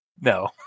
No